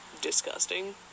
disgusting